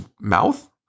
mouth